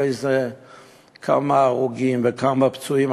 כמה הרוגים וכמה פצועים,